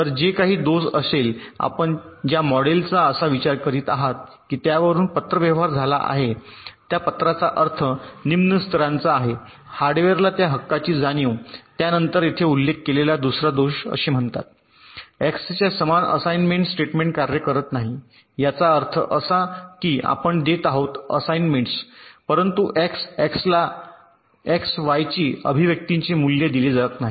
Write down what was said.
तर जे काही दोष असेल आपण ज्या मॉडेलचा असा विचार करीत आहात की त्यावरून पत्रव्यवहार झाला आहे त्या पत्राचा अर्थ निम्न स्तराचा आहे हार्डवेअरला त्या हक्काची जाणीव त्यानंतर येथे उल्लेख केलेला दुसरा दोष असे म्हणतात X च्या समान असाईनमेंट स्टेटमेंट कार्य करत नाही याचा अर्थ असा की आपण हे देत आहात असाईनमेंट्स परंतु एक्स एक्सला एक्स Y ची अभिव्यक्तीचे मूल्य दिले जात नाही